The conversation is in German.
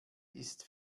ist